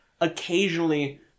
occasionally